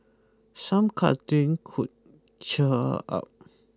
some cuddling could cheer her up